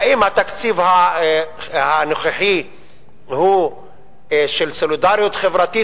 האם התקציב הנוכחי הוא של סולידריות חברתית,